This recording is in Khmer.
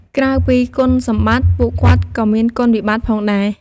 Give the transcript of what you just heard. ក្រៅពីគុណសម្បត្តិ ពួកគាត់ក៏មានគុណវិបត្តិផងដែរ។